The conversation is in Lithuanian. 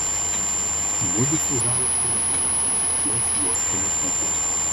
mudu su haufu neprarandame vilties juos pamatyti